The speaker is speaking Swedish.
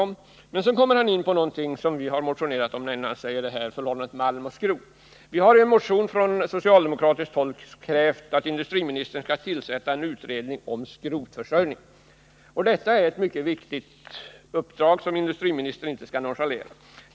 Men så kommer han in på någonting som vi har motionerat om, nämligen frågan om tillgången på malm och skrot. Från socialdemokratiskt håll har vi i en motion krävt att industriministern skall tillsätta en utredning om skrotförsörjningen. Detta är ett mycket viktigt uppdrag, som industriministern inte skall nonchalera.